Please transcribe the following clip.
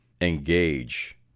engage